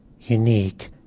unique